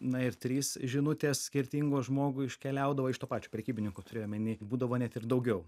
na ir trys žinutės skirtingos žmogui iškeliaudavo iš to pačio prekybininko turiu omeny būdavo net ir daugiau